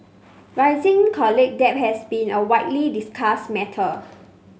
rising college debt has been a widely discussed matter